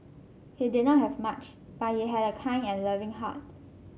he did not have much but he had a kind and loving heart